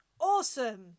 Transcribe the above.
awesome